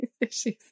issues